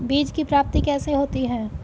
बीज की प्राप्ति कैसे होती है?